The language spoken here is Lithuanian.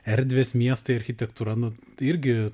erdvės miestai architektūra nu tai irgi